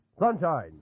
Sunshine